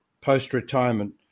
post-retirement